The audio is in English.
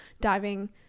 diving